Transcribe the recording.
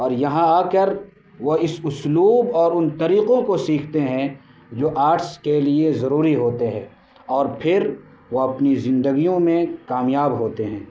اور یہاں آ کر وہ اس اسلوب اور ان طریقوں کو سیکھتے ہیں جو آرٹس کے لیے ضروری ہوتے ہیں اور پھر وہ اپنی زندگیوں میں کامیاب ہوتے ہیں